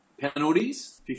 penalties